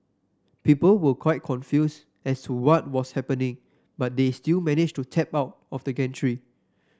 people were quite confused as to what was happening but they still managed to tap out of the gantry